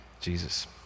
Jesus